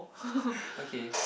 okay